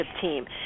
team